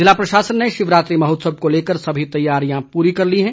जिला प्रशासन ने शिवरात्रि महोत्सव को लेकर सभी तैयारियां पूरी कर ली हैं